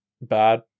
bad